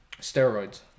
Steroids